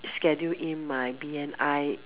schedule in my B_N_I